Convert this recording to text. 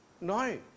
No